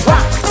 Rock